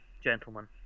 gentlemen